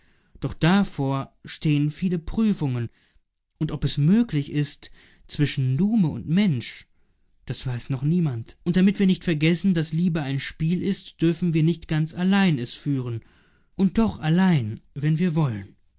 doch davor stehen viele prüfungen und ob es möglich ist zwischen nume und mensch das weiß noch niemand und damit wir nicht vergessen daß liebe ein spiel ist dürfen wir nicht ganz allein es führen und doch allein wann wir wollen